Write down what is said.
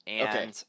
Okay